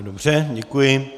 Dobře, děkuji.